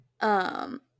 Um-